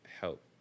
help